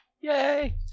Yay